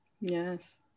Yes